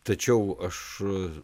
tačiau aš